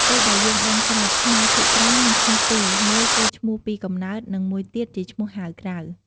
ដូចដែលយើងដឹងស្រាប់ ខ្មែរភាគច្រើនមានឈ្មោះពីរ មួយគឺឈ្មោះពីកំណើត និង មួយទៀតជាឈ្មោះហៅក្រៅ។